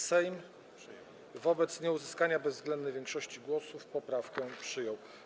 Sejm wobec nieuzyskania bezwzględnej większości głosów poprawkę przyjął.